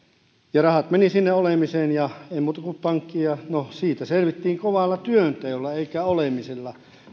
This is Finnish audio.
ja rahat menivät sinne olemiseen ja ei muuta kun pankkiin ja no siitä selvittiin kovalla työnteolla eikä olemisella